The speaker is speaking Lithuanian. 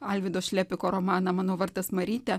alvydo šlepiko romaną mano vardas marytė